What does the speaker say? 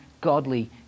godly